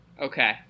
Okay